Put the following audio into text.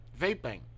vaping